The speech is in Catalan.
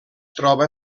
troba